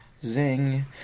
zing